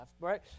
right